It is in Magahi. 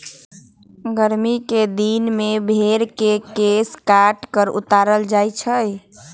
गरमि कें दिन में भेर के केश काट कऽ उतारल जाइ छइ